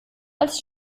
als